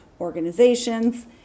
organizations